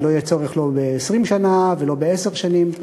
ולא יהיה צורך לא ב-20 שנה ולא בעשר שנים,